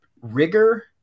Rigor